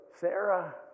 Sarah